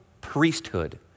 priesthood